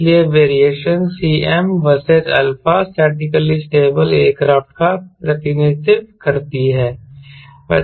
इसलिए variations Cm versus α statically stable aircraft का प्रतिनिधित्व करती हैं